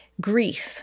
grief